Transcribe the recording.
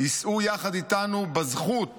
יישאו יחד איתנו בזכות